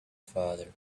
father